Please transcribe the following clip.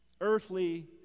earthly